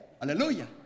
Hallelujah